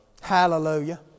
hallelujah